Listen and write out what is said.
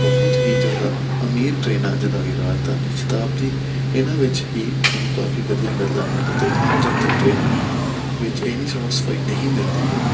ਬਹੁਤ ਹੀ ਜ਼ਿਆਦਾ ਅਮੀਰ ਟਰੇਨਾਂ ਜਿੱਦਾਂ ਕਿ ਰਾਜਧਾਨੀ ਸ਼ਤਾਬਦੀ ਇਹਨਾਂ ਵਿੱਚ ਹੀ ਤੁਹਾਨੂੰ ਕਾਫੀ ਵਧੀਆਂ ਮਿਲਦਾ ਹੈ ਅਤੇ ਆਮ ਜਨਤਕ ਟਰੇਨਾਂ ਵਿੱਚ ਇੰਨੀ ਸਾਫ ਸਫਾਈ ਨਹੀਂ ਮਿਲਦੀ ਹੈ